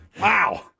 Wow